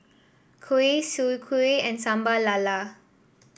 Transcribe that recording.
kuih Soon Kuih and Sambal Lala